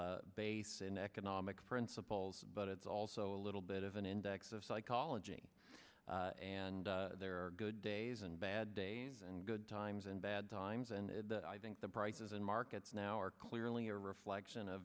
fundamental base an economic principles but it's also a little bit of an index of psychology and there are good days and bad days and good times and bad times and i think the prices in markets now are clearly a reflection of